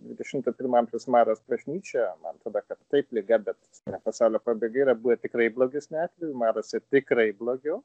dvidešim pirmo amžiaus maras bažnyčioje man atrodo kad taip liga bet ne pasaulio pabaiga yra buvę tikrai blogesnių atvejų maras tikrai blogiau